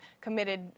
committed